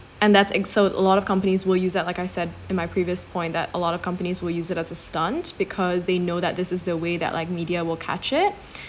and that's at so a lot of companies will use that like I said in my previous point that a lot of companies will use it as a stunt because they know that this is the way that like media will catch it